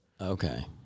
okay